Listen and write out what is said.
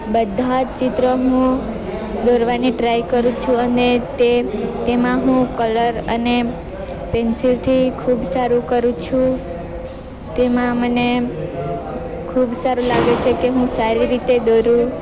બધા જ ચિત્ર હું દોરવાની ટ્રાય કરું છું અને તે તેમાં હું કલર અને પેન્સિલથી ખૂબ સારું કરું છું તેમાં મને ખૂબ સારું લાગે કે હું સારી રીતે દોરું